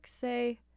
say